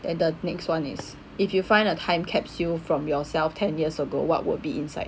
and the next one is if you find a time capsule from yourself ten years ago what would be inside